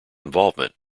involvement